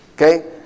Okay